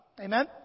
Amen